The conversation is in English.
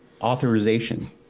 authorization